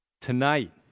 Tonight